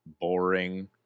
boring